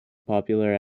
popular